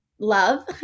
Love